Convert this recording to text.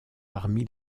parmi